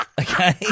Okay